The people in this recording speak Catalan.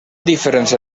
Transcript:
diferents